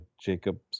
Jacob